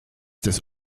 des